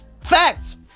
Facts